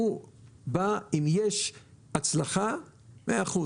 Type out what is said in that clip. הוא בא אם יש הצלחה 100%,